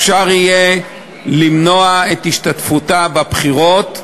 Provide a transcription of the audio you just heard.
אפשר יהיה למנוע את השתתפותה בבחירות,